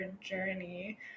journey